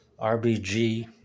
RBG